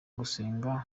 gusenga